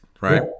right